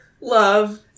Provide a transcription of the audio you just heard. love